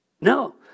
No